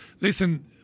listen